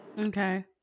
Okay